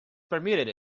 permitted